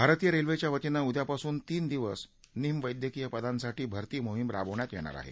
भारतीय रेल्वेच्या वतीनं उद्यापासून तीन दिवस निम वैद्यकीय पदांसाठी भरती मोहीम राबवण्यात येणार आहे